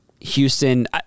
Houston